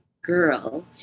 girl